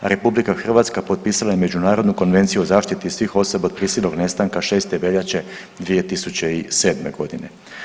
RH potpisala je i Međunarodnu konvenciju o zaštiti svih osoba od prisilnog nestanka 6. veljače 2007. godine.